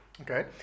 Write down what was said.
Okay